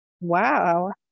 Wow